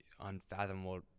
unfathomable